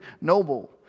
noble